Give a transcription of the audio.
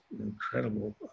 incredible